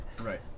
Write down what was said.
Right